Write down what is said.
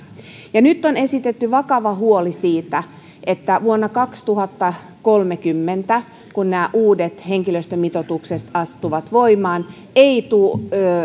ja nyt on esitetty vakava huoli siitä että vuonna kaksituhattakolmekymmentä kun nämä uudet henkilöstömitoitukset astuvat voimaan ei tule